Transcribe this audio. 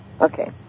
Okay